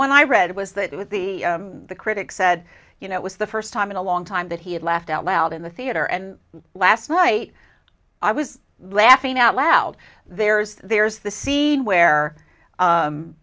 one i read was that with the the critics said you know it was the first time in a long time that he had laughed out loud in the theater and last night i was laughing out loud there's there's the scene where